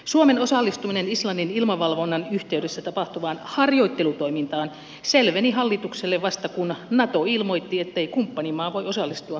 suomen osallistuminen islannin ilmavalvonnan yhteydessä tapahtuvaan harjoittelutoimintaan selveni hallitukselle vasta kun nato ilmoitti ettei kumppanimaa voi osallistua varsinaiseen ilmavalvontaan